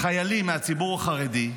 חיילים מהציבור החרדי,